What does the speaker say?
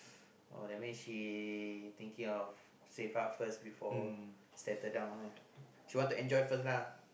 oh that means she thinking of save up first before settle down lah she want to enjoy first lah